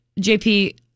jp